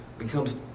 becomes